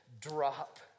drop